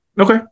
okay